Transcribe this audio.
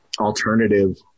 alternative